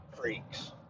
freaks